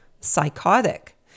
psychotic